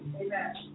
Amen